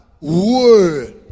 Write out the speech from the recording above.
word